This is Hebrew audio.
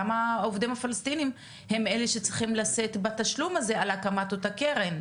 למה העובדים הפלסטינים צריכים לשאת את התשלום על הקמת הקרן?